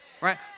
Right